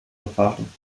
verfahren